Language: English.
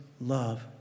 love